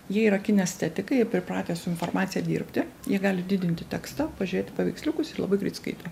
jie yra kinestetikai ir pripratę su informacija dirbti jie gali didinti tekstą pažiūrėti paveiksliukus ir labai greit skaito